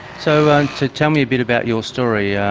so tell me a bit about your story. yeah